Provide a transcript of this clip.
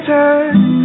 time